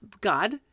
God